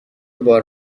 بار